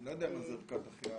אני לא יודע מה זה ערכת החייאה.